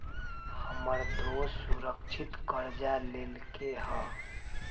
हमर दोस सुरक्षित करजा लेलकै ह